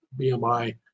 BMI